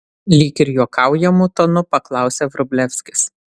lyg ir juokaujamu tonu paklausė vrublevskis